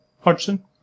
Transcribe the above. Hodgson